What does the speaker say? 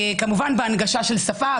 כמובן בהנגשה של שפה,